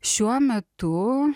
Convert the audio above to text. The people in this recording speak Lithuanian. šiuo metu